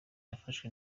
yafashwe